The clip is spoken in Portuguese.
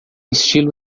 estilo